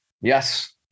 yes